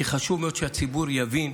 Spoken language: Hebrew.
כי חשוב מאוד שהציבור יבין: